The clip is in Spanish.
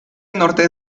norte